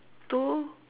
two